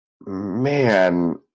man